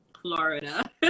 Florida